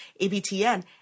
abtn